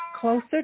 closer